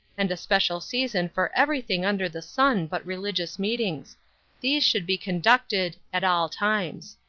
and a special season for everything under the sun but religious meetings these should be conducted at all times.